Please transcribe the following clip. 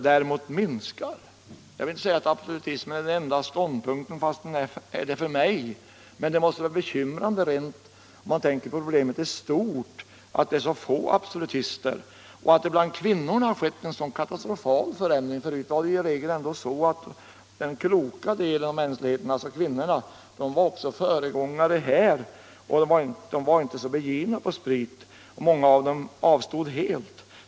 Jag vill inte säga att absolutismen är den enda rimliga ståndpunkten, fastän den är det för mig, men det är bekymrande om man tänker på problemet i stort, att det finns så få absolutister. Bland kvinnorna har skett en katastrofal förändring. Förut var i regel den kloka delen av mänskligheten, alltså kvinnorna, föregångare även på det här området. De var inte så begivna på sprit, många av dem avstod helt.